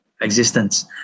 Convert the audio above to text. existence